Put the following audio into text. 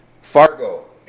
fargo